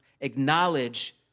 acknowledge